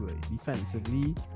defensively